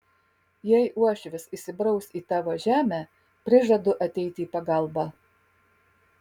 jei uošvis įsibraus į tavo žemę prižadu ateiti į pagalbą